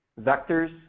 vectors